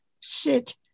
sit